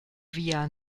via